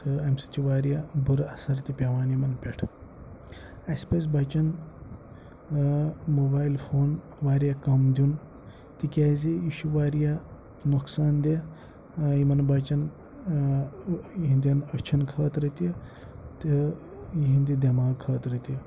تہٕ اَمہِ سۭتۍ چھُ وارِیاہ بُرٕ اَثر تہِ پٮ۪وان یِمَن پٮ۪ٹھ اَسہِ پَزِ بَچَن موبایِل فون وارِیاہ کَم دیُن تِکیٛازِ یہِ چھُ وارِیاہ نۄقصان دِہہ یِمَن بَچَن یِہنٛدٮ۪ن أچھَن خٲطرٕ تہِ تہٕ یِہنٛدِ دٮ۪ماغ خٲطرٕ تہِ